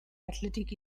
athletic